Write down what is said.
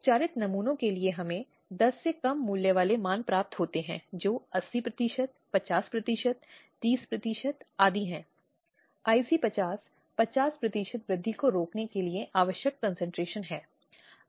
विशेष रूप से जहां यह इस प्रकृति के अपराधों से संबंधित है